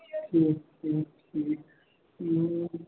ٹھیٖک ٹھیٖک ٹھیٖک